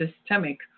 systemic